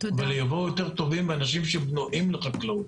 אבל יבואו יותר טובים ואנשים שפנויים לחקלאות.